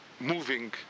moving